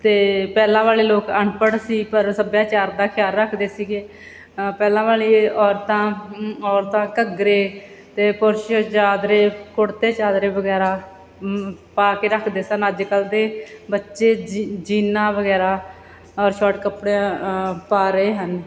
ਅਤੇ ਪਹਿਲਾਂ ਵਾਲੇ ਲੋਕ ਅਨਪੜ ਸੀ ਪਰ ਸੱਭਿਆਚਾਰ ਦਾ ਖਿਆਲ ਰੱਖਦੇ ਸੀਗੇ ਅ ਪਹਿਲਾਂ ਵਾਲੀ ਔਰਤਾਂ ਔਰਤਾਂ ਘੱਗਰੇ ਅਤੇ ਪੁਰਸ਼ ਚਾਦਰੇ ਕੁੜਤੇ ਚਾਦਰੇ ਵਗੈਰਾ ਪਾ ਕੇ ਰੱਖਦੇ ਸਨ ਅੱਜ ਕੱਲ੍ਹ ਦੇ ਬੱਚੇ ਜੀ ਜੀਨਾਂ ਵਗੈਰਾ ਔਰ ਸ਼ੋਟ ਕੱਪੜਿਆਂ ਪਾ ਰਹੇ ਹਨ